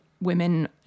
women